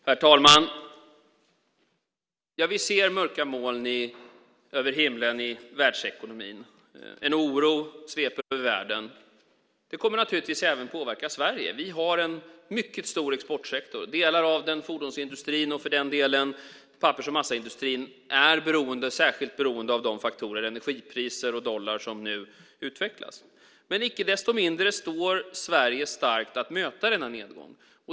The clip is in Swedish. Herr talman! Ja, vi ser mörka moln över himlen i världsekonomin. En oro sveper över världen. Det kommer naturligtvis även att påverka Sverige. Vi har en mycket stor exportsektor. Delar av den, fordonsindustrin och pappers och massaindustrin, är särskilt beroende av de faktorer - energipriser och dollar - som nu utvecklas. Men icke desto mindre står Sverige starkt att möta denna nedgång.